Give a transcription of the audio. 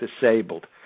disabled